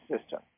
system